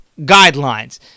guidelines